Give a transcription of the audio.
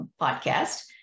podcast